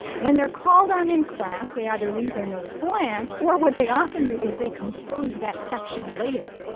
when they're called on in class, they either leave their notes blank or what they often do is they compose that section later,